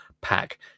pack